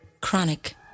Chronic